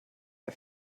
der